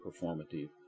performative